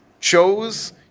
chose